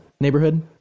neighborhood